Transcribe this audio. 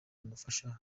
umufasha